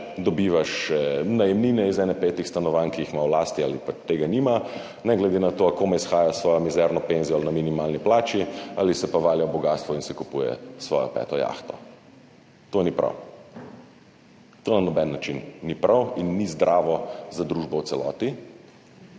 dobiva še najemnine iz kakšnih petih stanovanj, ki jih ima v lasti ali pa tega nima, ne glede na to, ali komaj shaja s svojo mizerno penzijo ali na minimalni plači ali se pa valja v bogastvu in si kupuje svojo peto jahto. To ni prav. To na noben način ni prav in ni zdravo za družbo v celoti.